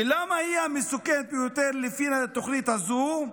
ולמה היא המסוכנת ביותר לפי התוכנית הזו?